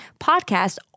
podcast